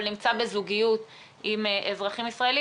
אבל נמצא בזוגיות עם אזרחים ישראלים.